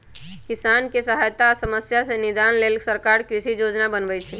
किसानके सहायता आ समस्या से निदान लेल सरकार कृषि योजना बनय छइ